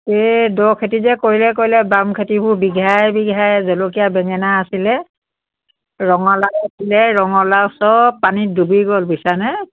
এই দ খেতি যে কৰিলে কৰিলে বাম খেতিবোৰ বিঘাই বিঘাই জলকীয়া বেঙেনা আছিলে ৰঙালাউ আছিলে ৰঙালাউ চব পানীত ডুবি গ'ল বুজিছানে